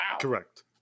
Correct